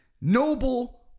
noble